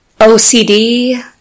OCD